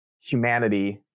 humanity